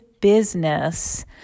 business